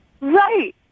Right